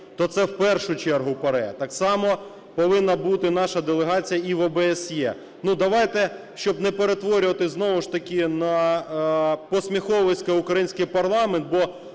то це в першу чергу ПАРЄ. Так само повинна бути наша делегація і в ОБСЄ. Давайте, щоб не перетворювати знову ж таки на посміховисько український парламент, бо